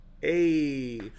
Hey